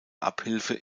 abhilfe